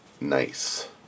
Nice